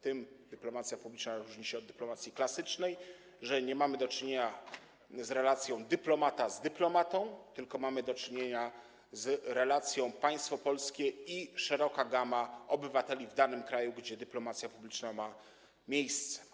Tym dyplomacja publiczna różni się od dyplomacji klasycznej, że nie mamy do czynienia z relacją: dyplomata z dyplomatą, tylko mamy do czynienia z relacją: państwo polskie i szeroka gama obywateli w danym kraju, gdzie dyplomacja publiczna ma miejsce.